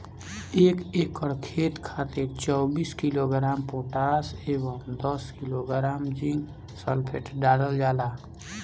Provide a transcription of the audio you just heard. एक एकड़ खेत खातिर चौबीस किलोग्राम पोटाश व दस किलोग्राम जिंक सल्फेट डालल जाला?